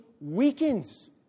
weakens